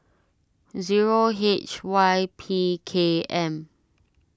zero H Y P K M